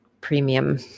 premium